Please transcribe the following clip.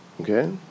Okay